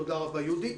תודה רבה, יהודית.